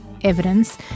evidence